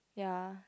ya